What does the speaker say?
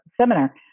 seminar